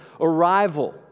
arrival